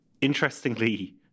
Interestingly